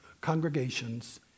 congregations